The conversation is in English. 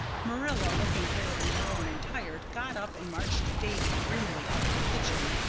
marilla, looking old and worn and tired, got up and marched davy grimly out of the kitchen.